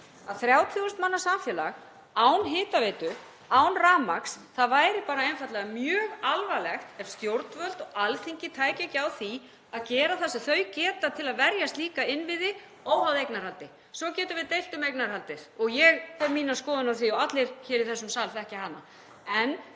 að 30.000 manna samfélag án hitaveitu, án rafmagns — það væri bara einfaldlega mjög alvarlegt ef stjórnvöld og Alþingi tækju ekki á því að gera það sem þau geta til að verja slíka innviði óháð eignarhaldi. Svo getum við deilt um eignarhaldið og ég hef mínar skoðanir á því og allir hér í þessum sal þekkja hana.